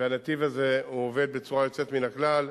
והנתיב הזה עובד בצורה יוצאת מן הכלל.